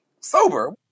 sober